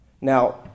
Now